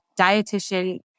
dietitian